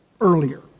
earlier